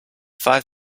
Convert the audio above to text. five